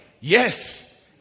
Yes